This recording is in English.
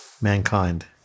mankind